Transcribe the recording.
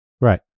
Right